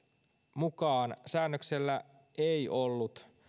mukaan säännöksellä ei ollut